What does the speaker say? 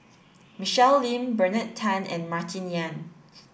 Michelle Lim Bernard Tan and Martin Yan